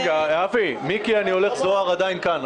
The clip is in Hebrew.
רגע, אבי, מיקי-אני-הולך-זוהר עדיין כאן.